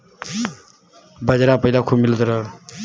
बाजरा पहिले खूबे मिलत रहे